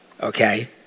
Okay